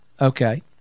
Okay